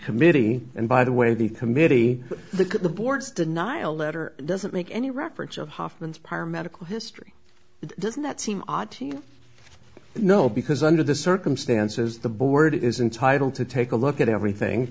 committee and by the way the committee the the board's denial letter doesn't make any reference of hoffman's pyre medical history doesn't that seem odd to me no because under the circumstances the board is entitle to take a look at everything